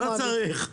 לא צריך.